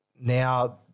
now